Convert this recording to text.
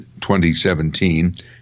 2017